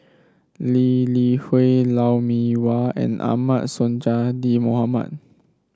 Lee Li Hui Lou Mee Wah and Ahmad Sonhadji Mohamad